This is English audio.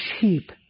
sheep